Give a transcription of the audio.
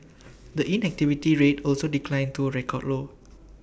the inactivity rate also declined to A record low